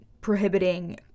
prohibiting